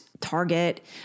Target